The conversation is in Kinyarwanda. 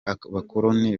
abakoloni